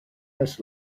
this